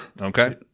Okay